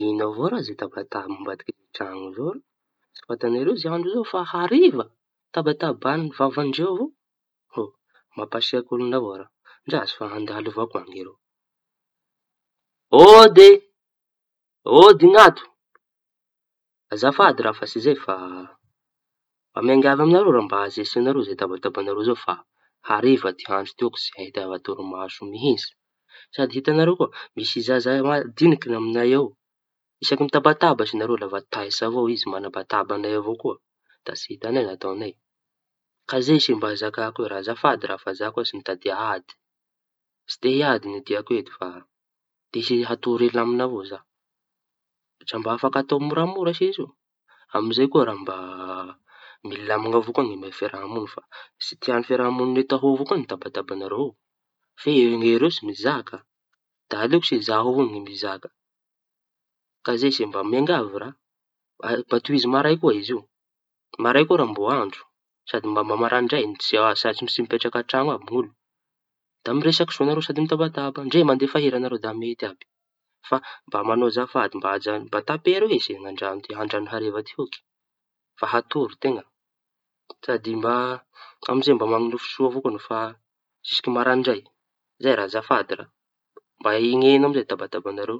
Iño avao raha zao tabataba ambadiky ny trano ao zao raha? Tsy fantatrereo zao andro za fa hariva tabataban'i vavan-dreo hô mampasiaky oloña avao raha ndraso fa andalovako ao ereo. Ôdy e! Ôdy ny ato! Azafady raha fa tsy zay fa, mba miangavy añareo raha mba azetsiñareo tabatabañareo fa andro ty ôky tsy ahitava torimaso mihitsy. Sady itañareo koa misy zaza madiñiky ny amiñay ao. Isaky mitabataba aza ñareo lava taitsa avao izy mañabatabañay koa da tsy hitañay ny ataoñay. Ka zay se raha zakako io mba azafady raha za koa tsy mitadia ady. Tsy te hiady ny diako eto fa te hatory ilamy avao za. Tsy mba afaky atao moramora se izy io amizay koa raha mba milamiña avao koa raha fiaraha-moñy. Tsy tiañy fiaraha -moñina etaô avao koa tabatabañareo i- ireo tsy mizaka da alao za avao mizaka. Zay se mba miangavy raha mba mba tohizo maray koa raha marai. Koa raha mbo andro sady maraindray sa- sady tsy misy mipetraka an-traño e ny olo da miresaky soañareo sady mitabataba ndre mandefa hira ñareo da mety àby. Fa mba mañao azafady mba ajaño- tapero e ny androañy hariva ty ôky fa hatory teña sady mba amizay mba manofy soa avao zisky maraindray. E azafady raha mba aheña e tabatabañareo.